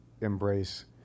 embrace